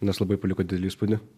nes labai paliko didelį įspūdį